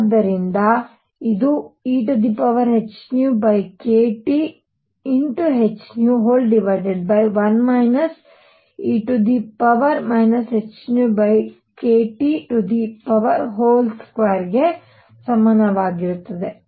ಆದ್ದರಿಂದ ಇದು e hνkThν 1 e hνkT2 ಗೆ ಸಮಾನವಾಗಿರುತ್ತದೆ